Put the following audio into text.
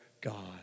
God